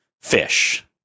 fish